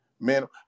Man